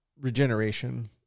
regeneration